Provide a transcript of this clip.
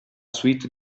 suite